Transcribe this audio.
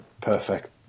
perfect